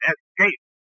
Escape